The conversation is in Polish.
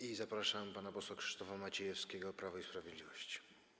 I zapraszam pana posła Krzysztofa Maciejewskiego, Prawo i Sprawiedliwość.